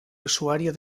usuario